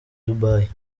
dubai